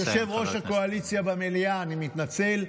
יושב-ראש הקואליציה במליאה, אני מתנצל,